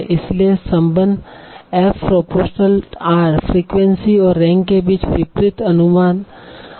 इसलिए संबंध f∝r frequency और रैंक के बीच विपरीत अनुपात है